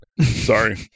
Sorry